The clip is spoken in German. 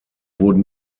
wurden